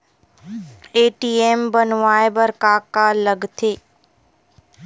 ATM बनवाय बर का का लगथे?